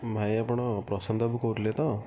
ଭାଇ ଆପଣ ପ୍ରଶାନ୍ତ ବାବୁ କହୁଥିଲେ ତ